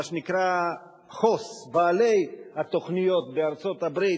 מה שנקרא Host, בעלי התוכניות בארצות-הברית.